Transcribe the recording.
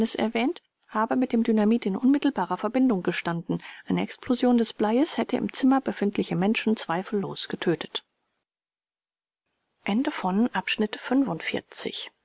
erwähnt habe mit dem dynamit in unmittelbarer verbindung gestanden eine explosion des bleies hätte im zimmer befindliche menschen zweifellos getötet